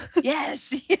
yes